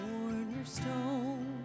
cornerstone